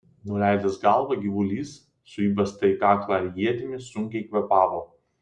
nuleidęs galvą gyvulys su įbesta į kaklą ietimi sunkiai kvėpavo